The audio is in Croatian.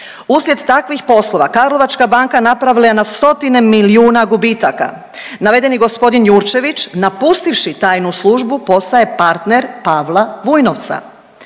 Uslijed takvih poslova Karlovačka banka napravila je na stotine milijuna gubitaka. Navedeni g. Jurčević napustivši tajnu službu postaje partner Pavla Vujnovca